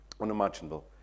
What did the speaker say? Unimaginable